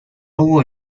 hubo